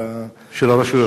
של הרשויות.